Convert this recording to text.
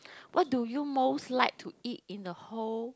what do you most like to eat in the whole